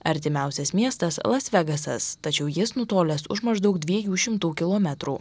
artimiausias miestas las vegasas tačiau jis nutolęs už maždaug dviejų šimtų kilometrų